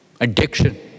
addiction